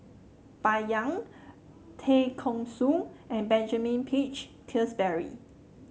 Bai Yan Tay Kheng Soon and Benjamin Peach Keasberry